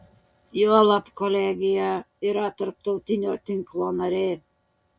juolab kolegija yra tarptautinio tinklo narė